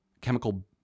chemical